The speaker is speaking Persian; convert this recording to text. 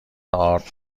ارد